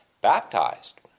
baptized